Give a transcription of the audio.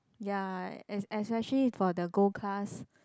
ya es~ especially for the Gold Class